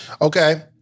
Okay